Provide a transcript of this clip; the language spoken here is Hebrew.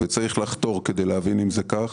וצריך לחתור כדי להבין אם זה כך,